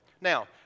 Now